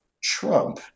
Trump